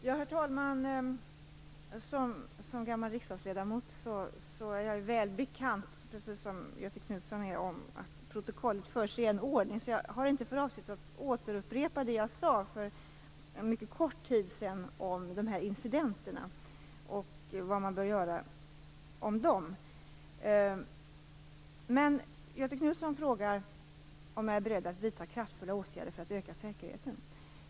Herr talman! Som gammal riksdagsledamot känner jag väl till, precis som Göthe Knutson, att protokollet förs i en viss ordning. Jag har därför inte för avsikt att återupprepa det som jag sade för en mycket kort tid sedan om dessa incidenter och om vad som bör göras när det gäller dem. Göthe Knutson frågar om jag är beredd att vidta kraftfulla åtgärder för att öka säkerheten.